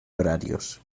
horarios